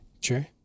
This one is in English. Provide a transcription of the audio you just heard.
Sure